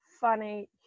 funny